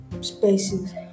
spaces